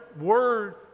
word